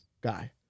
guy